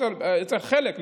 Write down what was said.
אצל חלק,